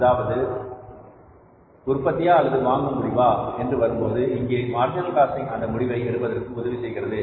அதாவது உற்பத்தியா அல்லது வாங்கும் முடிவா என்று வரும்போது இங்கே மார்ஜினல் காஸ்டிங் அந்த முடிவை எடுப்பதற்கு உதவி செய்கிறது